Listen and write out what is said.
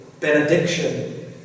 benediction